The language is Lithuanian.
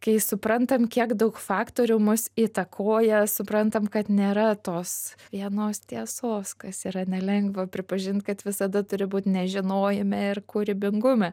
kai suprantam kiek daug faktorių mus įtakoja suprantam kad nėra tos vienos tiesos kas yra nelengva pripažint kad visada turi būt nežinojime ir kūrybingume